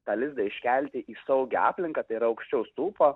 tą lizdą iškelti į saugią aplinką tai yra aukščio stulpo